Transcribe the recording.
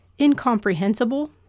incomprehensible